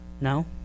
No